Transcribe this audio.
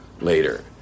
later